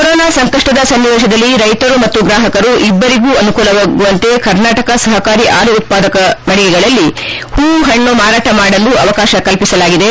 corona ಸಂಕಷ್ಟದ ಸನ್ನಿವೇಶದಲ್ಲಿ ರೈತರು ಮತ್ತು ಗ್ರಾಪಕರು ಇಬ್ಬರಿಗೂ ಅನುಕೂಲವಾಗುವಂತೆ ಕರ್ನಾಟಕ ಸಹಕಾರಿ ಪಾಲು ಉತ್ಪಾದಕ ಮಳಿಗೆಗಳಲ್ಲಿ ಹೂ ಪಣ್ಣು ಮಾರಾಟ ಮಾಡಲು ಅವಕಾಶ ಕಲ್ಪಿಸಲಾಗಿದೆ